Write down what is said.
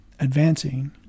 advancing